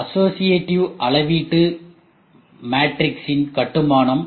associative அளவீட்டு மேட்ரிக்ஸின் கட்டுமானம்